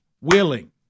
willing